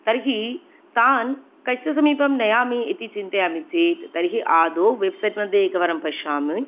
तर्हि तान् कस्य समीपं नयामि इति चिन्तयामि चेत् तर्हि आदौ वेब्सैट् मध्ये एकवारं पश्यामि